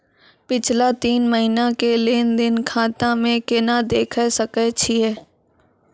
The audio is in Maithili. पिछला तीन महिना के लेंन देंन खाता मे केना देखे सकय छियै?